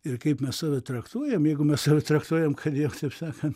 ir kaip mes save traktuojam jeigu mes save traktuojam kad jau taip sakant